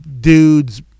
dudes